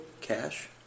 Cash